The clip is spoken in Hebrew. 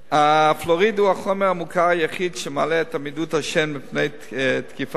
הפלואוריד הוא החומר המוכר היחיד שמעלה את עמידות השן בפני תקיפת העששת.